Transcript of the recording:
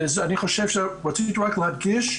ורציתי רק להדגיש,